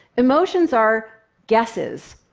emotions are guesses.